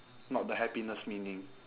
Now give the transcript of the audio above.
not the happiness meaning